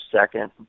second